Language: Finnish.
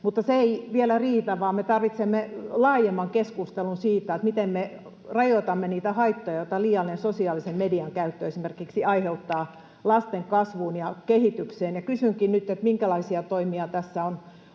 Mutta se ei vielä riitä, vaan me tarvitsemme laajemman keskustelun siitä, miten me rajoitamme niitä haittoja, joita liiallinen sosiaalisen median käyttö aiheuttaa esimerkiksi lasten kasvuun ja kehitykseen. Kysynkin nyt: Minkälaisia toimia tässä on